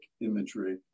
imagery